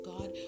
God